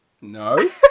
No